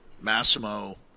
Massimo